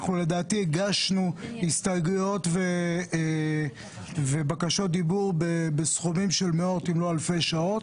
לדעתי הגשנו הסתייגויות ובקשות דיבור בכמות של מאות אם לא אלפי שעות.